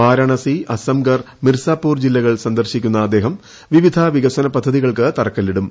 വാരണാഫ്പിട്ട് അസംഗർ മിർസാപൂർ ജില്ലകൾ സന്ദർശിക്കുന്ന അദ്ദേഹം പ്രിപ്പിധ് വികസന പദ്ധതികൾക്ക് തറക്കല്ലിടും